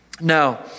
Now